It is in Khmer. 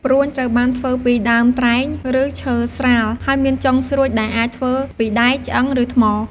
ព្រួញ ត្រូវបានធ្វើពីដើមត្រែង ឬឈើស្រាល ហើយមានចុងស្រួចដែលអាចធ្វើពីដែក ឆ្អឹង ឬថ្ម។